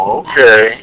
okay